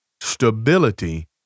stability